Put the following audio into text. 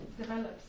develops